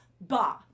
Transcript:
bah